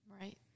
Right